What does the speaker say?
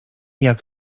jak